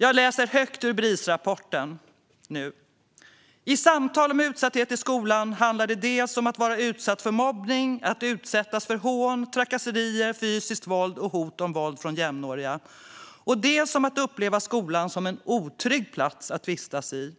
Jag läser högt ur Brisrapporten: "I samtal om utsatthet i skolan handlar det dels om att vara utsatt för mobbning; att utsättas för hån, trakasserier, fysiskt våld och hot om våld från jämnåriga, och dels om att uppleva skolan som en otrygg plats att vistas i.